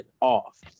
off